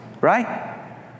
right